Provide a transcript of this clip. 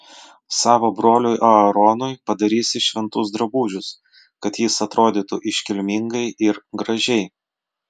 savo broliui aaronui padarysi šventus drabužius kad jis atrodytų iškilmingai ir gražiai